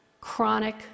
chronic